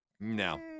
No